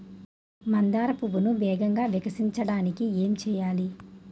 మందార పువ్వును వేగంగా వికసించడానికి ఏం చేయాలి?